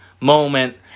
moment